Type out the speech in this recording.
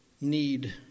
need